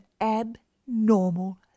abnormal